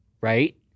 right